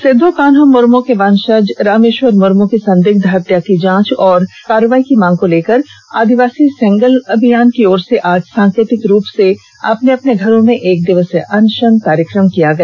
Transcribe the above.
सिदो मुर्मू के वंशज रामेश्वर मुर्मू की संदिग्ध हत्या की जांच और कार्रवाई की मांग को लेकर आदिवासी सेंगेल अभियान की ओर से आज सांकेतिक रूप से अपने अपने घरों में एक दिवसीय अनशन कार्यक्रम किया गया